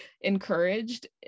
encouraged